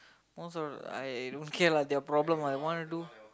most of I don't care lah their problem lah I want to do